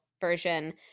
version